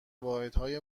واحدهای